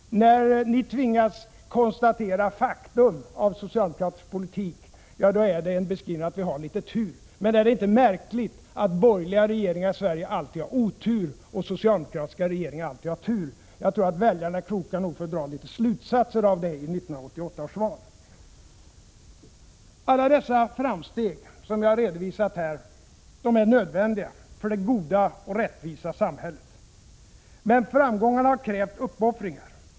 När ni tvingas konstatera faktum av socialdemokratisk politik, då är er beskrivning att vi har litet tur. Men är det inte märkligt att borgerliga regeringar i Sverige alltid har otur och att socialdemokratiska regeringar alltid har tur? Jag tror att väljarna är kloka nog att dra slutsatser av det i 1988 års val. Alla dessa framsteg som jag redovisat här är nödvändiga för det goda och rättvisa samhället. Men framgångarna har krävt uppoffringar.